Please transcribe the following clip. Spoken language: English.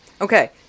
Okay